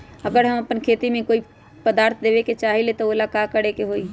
अगर हम अपना खेती में कोइ खाद्य पदार्थ देबे के चाही त वो ला का करे के होई?